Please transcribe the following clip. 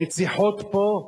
הרציחות פה,